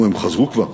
נו, הם חזרו כבר?